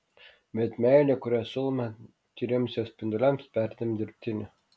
bet meilė kurią siūlome tyriems jo spinduliams perdėm dirbtinė